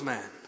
Man